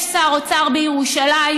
יש שר אוצר בירושלים,